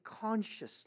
consciously